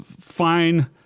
fine